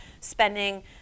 spending